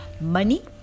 money